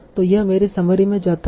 तो यह मेरे समरी में जाता है